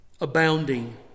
Abounding